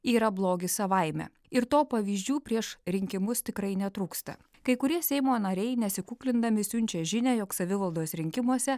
yra blogis savaime ir to pavyzdžių prieš rinkimus tikrai netrūksta kai kurie seimo nariai nesikuklindami siunčia žinią jog savivaldos rinkimuose